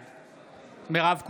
בעד מירב כהן,